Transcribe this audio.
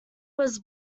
was